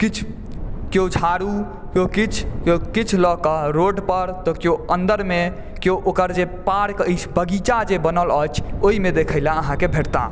किछु केओ झाड़ू केओ किछु लऽ कऽ रोड पर केओ अन्दरमे केओ ओकर जे पार्क अछि बगीचा जे बनल अछि ओहिमे देखेला अहाँकेँ भेटताह